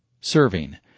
Serving